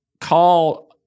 call